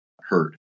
hurt